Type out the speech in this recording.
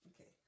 Okay